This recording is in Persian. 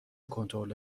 کنترل